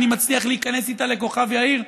אני מצליח להיכנס איתה לכוכב יאיר.